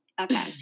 Okay